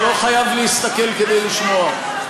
לא חייב להסתכל כדי לשמוע.